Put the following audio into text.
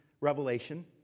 revelation